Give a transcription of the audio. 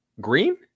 green